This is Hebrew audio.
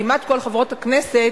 כמעט כל חברות הכנסת.